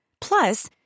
Plus